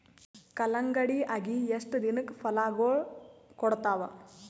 ಕಲ್ಲಂಗಡಿ ಅಗಿ ಎಷ್ಟ ದಿನಕ ಫಲಾಗೋಳ ಕೊಡತಾವ?